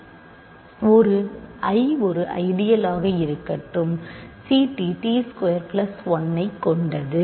எனவே I ஒரு ஐடியல்ஆக இருக்கட்டும் Ct t ஸ்கொயர் பிளஸ் 1 ஐக் கொண்டது